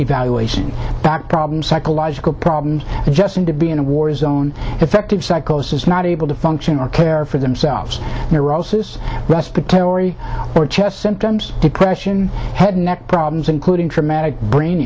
evaluation back problems psychological problems adjusting to be in a war zone effective psychosis not able to function or care for themselves neurosis respiratory or chest symptoms to question head neck problems including traumatic brain